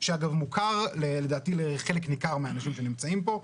שאגב מוכר לדעתי לחלק ניכר מהאנשים שנמצאים פה,